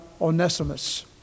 Onesimus